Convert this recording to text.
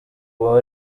uwo